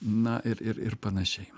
na ir ir ir panašiai